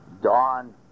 Dawn